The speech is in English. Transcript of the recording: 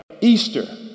Easter